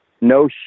No